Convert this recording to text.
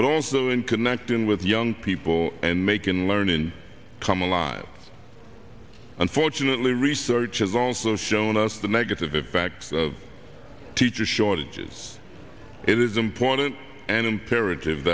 but also in connecting with young people and making learn in come alive unfortunately research has also shown us the negative impact of teacher shortages it is important and imperative